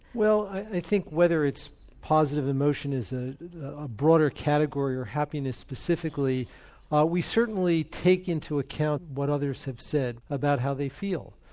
well i think whether it's positive emotion is a broader category or happiness specifically we certainly take into account what others have said about how they feel.